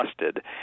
trusted